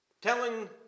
telling